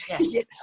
Yes